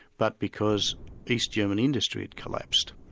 but because east german industry had collapsed.